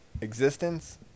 existence